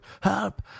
help